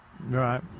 right